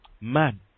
man